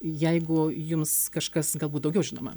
jeigu jums kažkas galbūt daugiau žinoma